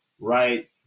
right